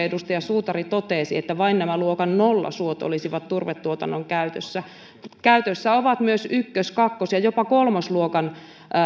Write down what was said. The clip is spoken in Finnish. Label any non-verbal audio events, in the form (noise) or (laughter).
(unintelligible) edustaja suutari totesi että vain nämä luokan nolla suot olisivat turvetuotannon käytössä käytössä on myös ykkös kakkos ja jopa kolmosluokan